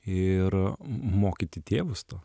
ir mokyti tėvus to